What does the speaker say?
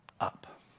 up